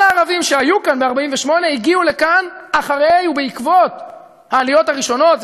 כל הערבים שהיו כאן ב-1948 הגיעו לכאן אחרי ובעקבות העליות הראשונות.